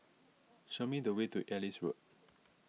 show me the way to Ellis Road